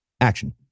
action